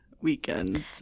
weekend